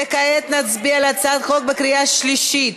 וכעת נצביע על הצעת החוק בקריאה שלישית.